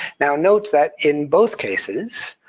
now note that in both cases,